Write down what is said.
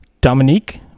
Dominique